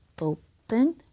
open